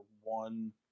one